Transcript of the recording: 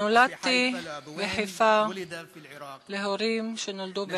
נולדתי בחיפה להורים שנולדו בעיראק.